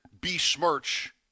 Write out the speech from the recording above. besmirch